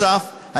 נוסף על כך,